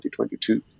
2022